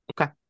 Okay